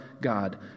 God